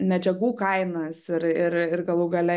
medžiagų kainas ir ir ir galų gale